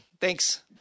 Thanks